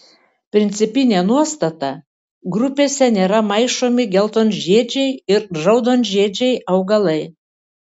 principinė nuostata grupėse nėra maišomi geltonžiedžiai ir raudonžiedžiai augalai